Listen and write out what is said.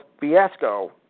fiasco